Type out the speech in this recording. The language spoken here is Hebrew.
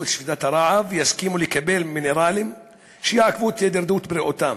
את שביתת הרעב ויסכימו לקבל מינרלים שיעכבו את הידרדרות בריאותם.